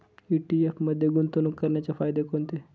ETF मध्ये गुंतवणूक करण्याचे फायदे कोणते?